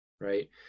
right